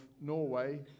Norway